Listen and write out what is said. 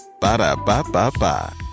Ba-da-ba-ba-ba